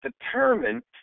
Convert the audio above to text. determined